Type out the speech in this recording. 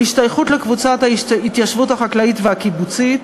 השתייכות לקבוצת ההתיישבות החקלאית והקיבוצית,